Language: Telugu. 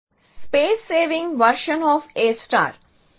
1ప్రూనింగ్ the open closed lists space saving version of A